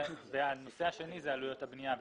הנושא השני זה עלויות הבנייה.